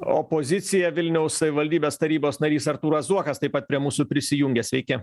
opozicija vilniaus savivaldybės tarybos narys artūras zuokas taip pat prie mūsų prisijungia sveiki